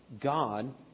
God